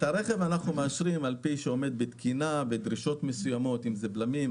את הרכב אנחנו מאשרים אם הוא עומד בתקינה ובדרישות מסוימות כמו: בלמים,